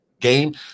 game